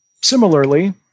Similarly